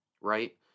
right